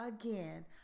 Again